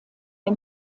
der